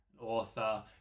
author